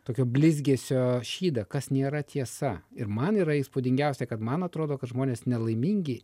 tokio blizgesio šydą kas nėra tiesa ir man yra įspūdingiausia kad man atrodo kad žmonės nelaimingi